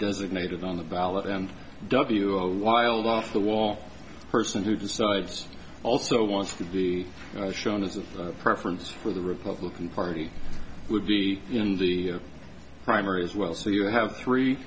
designated on the ballot and w r wild off the wall person who decides also wants to be shown as a preference for the republican party would be in the primary as well so you have three